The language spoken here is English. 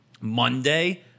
monday